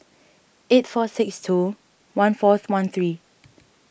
eight four six two one fourth one three